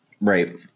Right